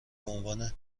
عنوان